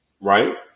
Right